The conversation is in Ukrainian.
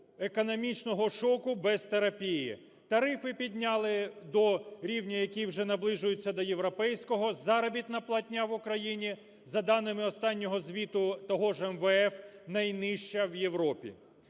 економічного шоку, без терапії. Тарифи підняли до рівня, який вже наближується до європейського, заробітна платня в Україні за даними останнього звіту того ж МВФ найнижча в Європі.